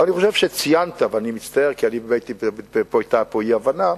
אני חושב שציינת, אני מצטער, כי היתה פה אי-הבנה: